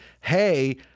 hey—